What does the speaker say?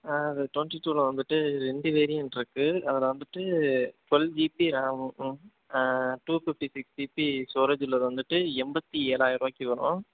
அது ட்வெண்ட்டி டூவில் வந்துட்டு ரெண்டு வேரியண்ட் இருக்குது அதில் வந்துட்டு ட்வெல் ஜிபி ரேம் இருக்கும் two fifty GB GB storage உள்ளது வந்துட்டு எண்பத்தி ஏழாயிர ரூபாய்க்கு வரும்